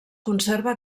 conserva